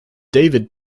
david